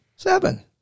Seven